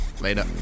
Later